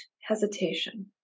hesitation